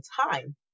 time